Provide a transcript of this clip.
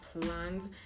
plans